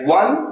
one